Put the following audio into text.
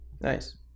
Nice